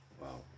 Wow